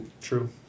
True